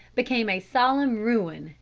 became a solemn ruin,